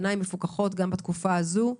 בעיניים מפוקחות גם בתקופה הזאת,